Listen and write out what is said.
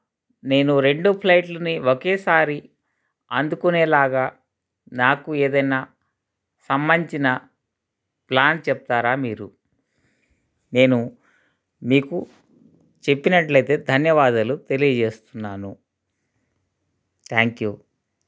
నేను రెండు ఫ్లైట్లని ఒకేసారి అందుకునేలాగా నాకు ఏదైనా సంబంధించిన ప్లాన్ చెప్తారా మీరు నేను మీకు చెప్పినట్లయితే ధన్యవాదాలు తెలియజేస్తున్నాను థ్యాంక్ యు